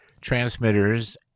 transmitters